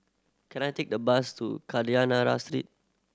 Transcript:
can I take the bus to Kadayanallur Street